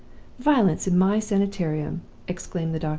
violence in my sanitarium exclaimed the doctor,